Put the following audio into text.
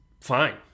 fine